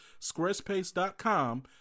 squarespace.com